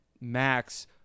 Max